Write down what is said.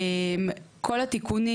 כל התיקונים,